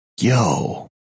yo